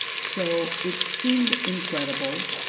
so it seemed incredible.